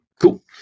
cool